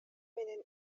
менен